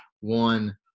one